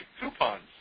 coupons